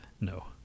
No